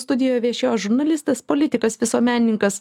studijoje viešėjo žurnalistas politikas visuomenininkas